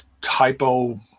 typo